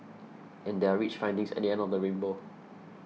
and there are rich findings at the end of the rainbow